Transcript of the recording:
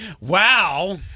Wow